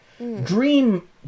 Dream